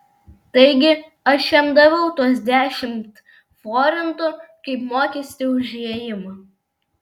taigi aš jam daviau tuos dešimt forintų kaip mokestį už įėjimą